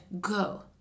go